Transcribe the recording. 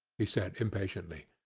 he said impatiently.